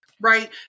right